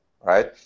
right